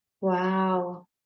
Wow